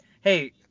hey